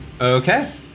Okay